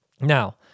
Now